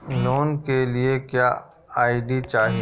Loan के लिए क्या आई.डी चाही?